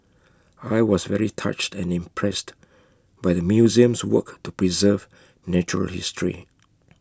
I was very touched and impressed by the museum's work to preserve natural history